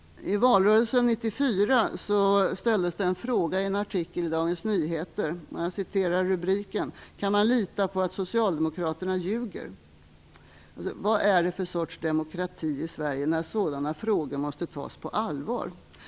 I valrörelsen 1994 ställdes i rubriken till en artikel i Dagens Nyheter följande fråga: "Kan man lita på att socialdemokraterna ljuger?" Vad är det för sorts demokrati i Sverige när sådana frågor måste tas på allvar?